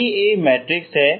यदि A matrix है